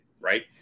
Right